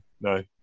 no